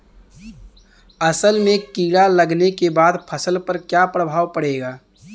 असल में कीड़ा लगने के बाद फसल पर क्या प्रभाव पड़ेगा?